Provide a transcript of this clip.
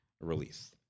release